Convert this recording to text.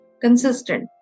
consistent